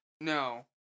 No